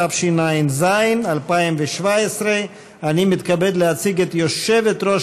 התשע"ז 2017. אני מתכבד להציג את יושבת-ראש